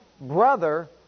brother